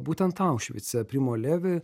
būtent aušvice primo levi